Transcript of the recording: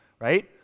right